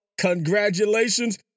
congratulations